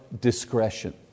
discretion